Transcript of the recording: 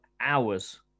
hours